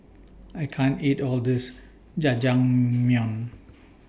I can't eat All of This Jajangmyeon